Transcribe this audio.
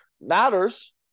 matters